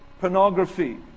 pornography